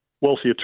wealthier